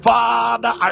Father